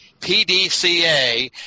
PDCA